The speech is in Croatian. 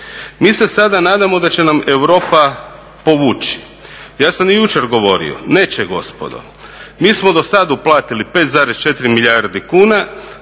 Mi se sada nadamo da će nam Europa povući. Ja sam i jučer govorio, neće gospodo. Mi smo do sad uplatili 5,4 milijardi kuna.